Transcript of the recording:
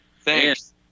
Thanks